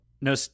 no